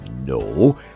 No